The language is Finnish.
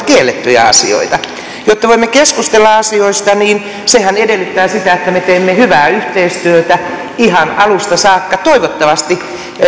kiellettyjä asioita jotta voimme keskustella asioista sehän edellyttää sitä että me teemme hyvää yhteistyötä ihan alusta saakka toivottavasti